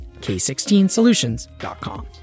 k16solutions.com